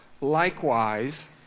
Likewise